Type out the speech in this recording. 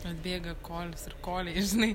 atbėga kolis ir koliai žinai